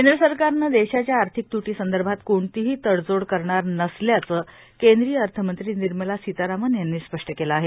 केंद्र सरकार देशाच्या आर्थिक त्टीसंदर्भात कोणतीही तडजोड करणार नसल्याचे केंद्रीय अर्थमंत्री निर्मला सीतारामान यांनी स्पष्ट केले आहे